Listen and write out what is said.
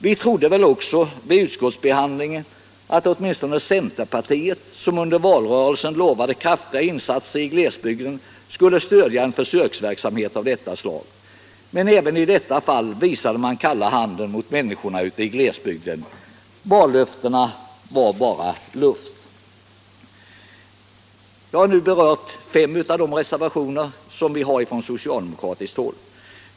Vi trodde väl också vid utskottsbehandlingen att åtminstone centerpartiet, som under valrörelsen hade lovat kraftiga insatser i glesbygden, skulle stödja en försöksverksamhet av detta slag, men även i detta fall visade centern människorna ute i glesbygderna kalla handen; vallöftena var bara luft. Jag har nu berört fem av reservationerna från socialdemokratiskt håll.